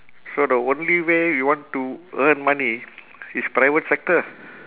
so the only way you want to earn money is private sector